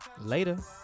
later